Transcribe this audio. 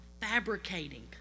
fabricating